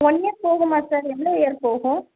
one year போகுமா sir எவ்வளோ year போகும்